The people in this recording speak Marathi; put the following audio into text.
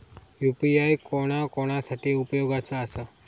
यू.पी.आय कोणा कोणा साठी उपयोगाचा आसा?